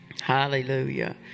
Hallelujah